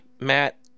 Matt